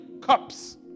cups